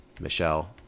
Michelle